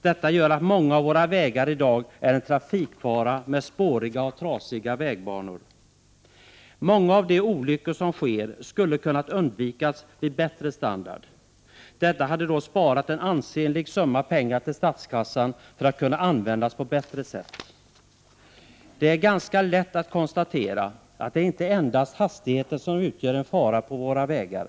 Detta gör att många av vägarna i dag utgör en trafikfara med spåriga och trasiga vägbanor. Många av de olyckor som sker skulle ha kunnat undvikas om vägarna haft en bättre standard. Detta hade sparat en ansenlig summa pengar till statskassan, pengar som hade kunnat användas på bättre sätt. Det är ganska lätt att konstatera att det inte endast är hastigheterna som medverkar till farorna på våra vägar.